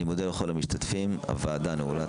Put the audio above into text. אני מודה לכל המשתתפים, הוועדה נעולה,